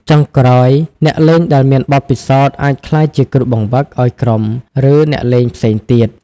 ចុងក្រោយ អ្នកលេងដែលមានបទពិសោធន៍អាចក្លាយជា គ្រូបង្វឹក ឱ្យក្រុម ឬអ្នកលេងផ្សេងទៀត។